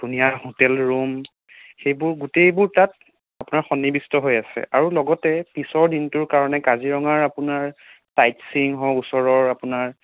ধুনীয়া hotel room সেইবোৰ গোটেইবোৰ তাত আপোনাৰ সন্নিবিষ্ট হৈ আছে আৰু লগতে পিছৰ দিনটোৰ কাৰণে কাজিৰঙাৰ আপোনাৰ ছাইট চিইং হওঁক ওচৰৰ আপোনাৰ